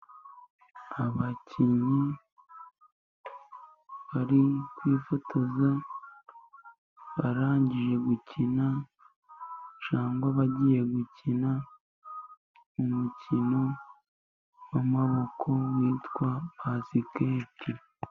Abakinnyi bari kwifotoza barangije gukina, cyangwa bagiye gukina umukino w'amaboko witwa basikete.